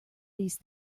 these